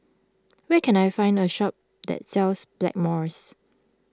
where can I find a shop that sells Blackmores